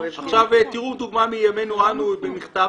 אוהב --- עכשיו תראו דוגמה מימינו אנו ממכתב